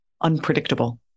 unpredictable